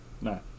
no